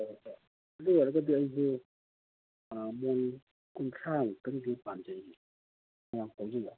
ꯑꯗꯨ ꯑꯣꯏꯔꯒꯗꯤ ꯑꯩꯁꯨ ꯃꯣꯟ ꯀꯨꯟꯊ꯭ꯔꯥ ꯃꯨꯛꯇꯪꯗꯤ ꯄꯥꯝꯖꯩ